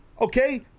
Okay